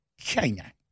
China